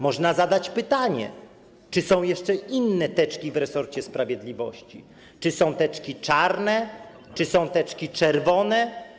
Można zadać pytanie, czy są jeszcze inne teczki w resorcie sprawiedliwości, czy są teczki czarne, czy są teczki czerwone.